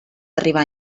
arribar